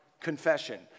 confession